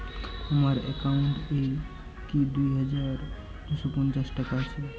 আমার অ্যাকাউন্ট এ কি দুই হাজার দুই শ পঞ্চাশ টাকা আছে?